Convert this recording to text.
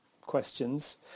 questions